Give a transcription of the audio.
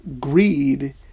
Greed